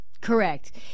Correct